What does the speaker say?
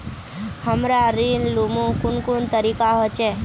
हमरा ऋण लुमू कुन कुन तरीका होचे?